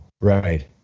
right